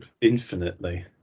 Infinitely